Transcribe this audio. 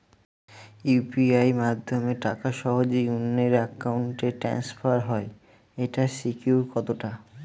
UPI মাধ্যমে টাকা সহজেই অন্যের অ্যাকাউন্ট ই ট্রান্সফার হয় এইটার সিকিউর কত টা?